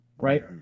Right